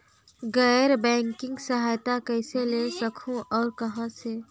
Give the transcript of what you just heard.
गैर बैंकिंग सहायता कइसे ले सकहुं और कहाँ से?